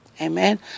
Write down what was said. Amen